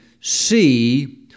see